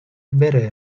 بره